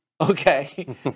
Okay